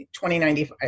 2095